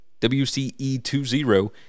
wce20